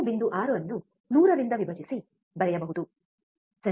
6 ಅನ್ನು 100 ರಿಂದ ವಿಭಜಿಸಿ ಬರೆಯಬಹುದು ಸರಿ